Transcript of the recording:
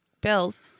bills